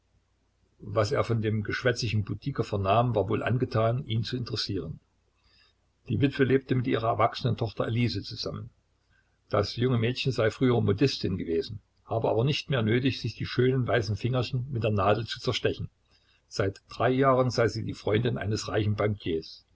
was er von dem geschwätzigen budiker vernahm war wohl angetan ihn zu interessieren die witwe lebte mit ihrer erwachsenen tochter elise zusammen das junge mädchen sei früher modistin gewesen habe aber nicht mehr nötig sich die schönen weißen fingerchen mit der nadel zu zerstechen seit drei jahren sei sie die freundin eines reichen bankiers